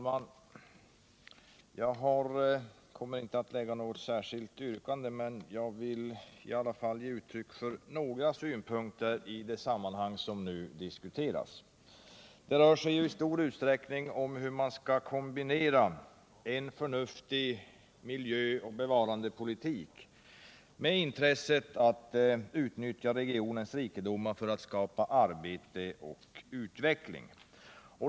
Herr talman! Jag kommer inte att lägga något särskilt yrkande, men jag vill ge uttryck för några synpunkter i de sammanhang som nu diskuteras. Det rör sig i stor utsträckning om hur man skall kombinera en förnuftig miljöoch bevarandepolitik med intresset av att utnyttja regionens rikedomar för att skapa arbete och utveckling.